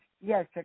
Yes